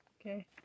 Okay